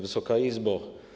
Wysoka Izbo!